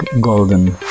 Golden